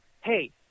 Hey